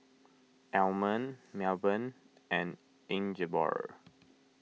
Almond Melbourne and Ingeborg